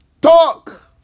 talk